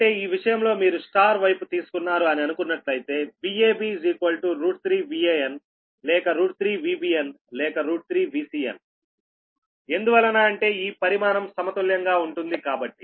అంటే ఈ విషయంలో మీరు Y వైపు తీసుకున్నారు అని అనుకున్నట్లయితే VAB 3 VAn లేక 3 VBn లేక 3 VCn ఎందువలన అంటే ఈ పరిమాణం సమతుల్యంగా ఉంటుంది కాబట్టి